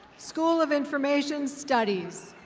school of information studies.